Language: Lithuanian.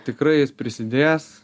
tikrai jis prisidės